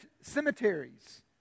cemeteries